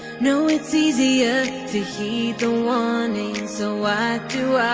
now it's easier to hear the warnings so why do